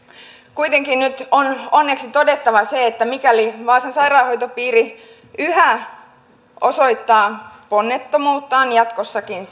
kuitenkin nyt on onneksi todettava se että mikäli vaasan sairaanhoitopiiri yhä osoittaa ponnettomuuttaan jatkossakin